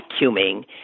vacuuming